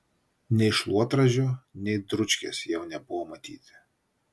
nei šluotražio nei dručkės jau nebuvo matyti